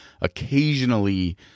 Occasionally